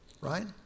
Right